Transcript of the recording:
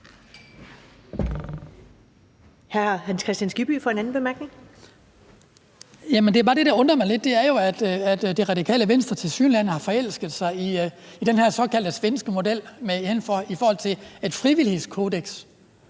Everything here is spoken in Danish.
lidt, er, at Det Radikale Venstre tilsyneladende har forelsket sig i den her såkaldte svenske model i forhold til et frivillighedskodeks.